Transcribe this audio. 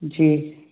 जी